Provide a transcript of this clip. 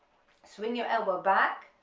swing your elbow back,